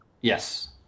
Yes